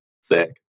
Sick